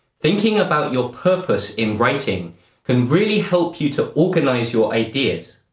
thinking about your purpose in writing can really help you to organize your ideas.